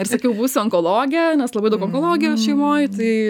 ir sakiau būsiu onkologė nes labai daug onkologijos šeimoj tai